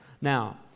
Now